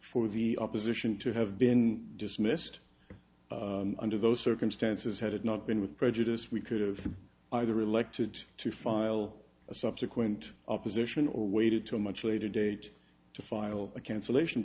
for the opposition to have been dismissed under those circumstances had it not been with prejudice we could've either elected to file a subsequent opposition or waited till much later date to file a cancellation